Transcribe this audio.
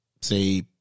say